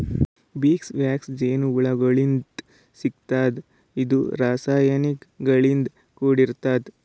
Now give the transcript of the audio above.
ಬೀಸ್ wax ಜೇನಹುಳಗೋಳಿಂತ್ ಸಿಗ್ತದ್ ಇದು ರಾಸಾಯನಿಕ್ ಗಳಿಂದ್ ಕೂಡಿರ್ತದ